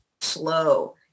slow